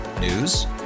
News